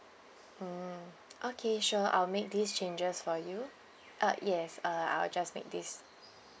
mm okay sure I'll make these changes for you uh yes uh I will just make this